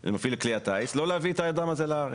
כלי הטיס מרראש לא להביא את האדם הזה לארץ.